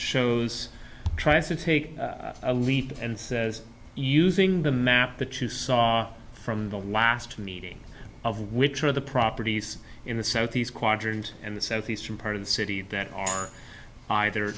shows tries to take a leap and says using the map that you saw from the last meeting of which are the properties in the southeast quadrant and the southeastern part of the city that are either